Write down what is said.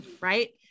Right